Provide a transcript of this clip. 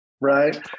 right